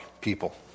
people